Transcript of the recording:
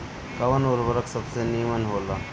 कवन उर्वरक सबसे नीमन होला?